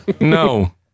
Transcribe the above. no